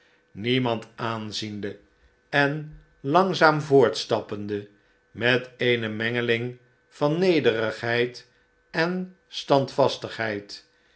niemand aanziende en langzaam voortstappende met eene mengeling van nederigheid en